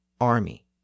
army